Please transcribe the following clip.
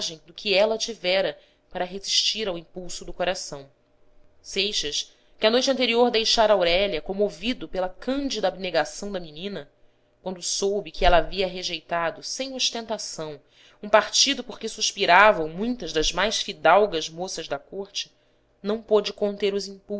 do que ela tivera para resistir ao impulso do coração seixas que a noite anterior deixara aurélia comovido pela cândida abnegação da menina quando soube que ela havia rejeitado sem ostentação um partido por que suspiravam muitas das mais fidalgas moças da corte não pôde conter os